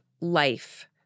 life